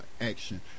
action